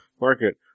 market